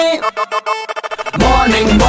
morning